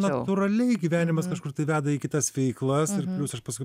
natūraliai gyvenimas kažkur tai veda į kitas veiklas ir aš paskui